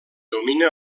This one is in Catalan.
domina